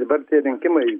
dabar tie rinkimai